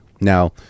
Now